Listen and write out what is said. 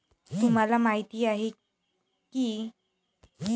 तुम्हाला माहिती आहे का की मगरीचे लेदर हे एक विदेशी लेदर आहे